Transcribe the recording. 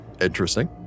interesting